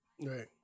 right